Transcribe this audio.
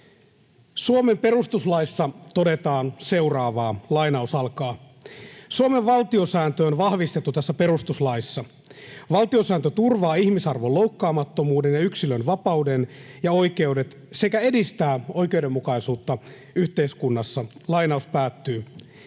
Suomen perustuslaissa todetaan seuraavaa: ”Suomen valtiosääntö on vahvistettu tässä perustuslaissa. Valtiosääntö turvaa ihmisarvon loukkaamattomuuden ja yksilön vapauden ja oikeudet sekä edistää oikeudenmukaisuutta yhteiskunnassa.” Edelleen